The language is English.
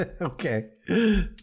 Okay